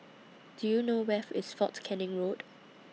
Do YOU know Where IS Fort Canning Road